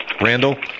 Randall